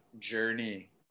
journey